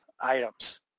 items